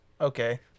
okay